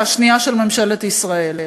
והשנייה של ממשלת ישראל.